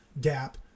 gap